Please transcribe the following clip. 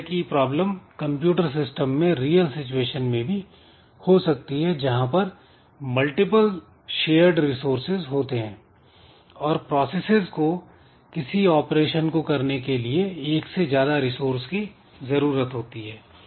इस तरह की प्रॉब्लम कंप्यूटर सिस्टम में रियल सिचुएशन में भी हो सकती है जहां पर मल्टीपल शेयर्ड रिसोर्सेज होते हैं और प्रोसेसेस को किसी ऑपरेशन को करने के लिए एक से ज्यादा रिसोर्स की जरूरत होती है